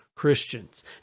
Christians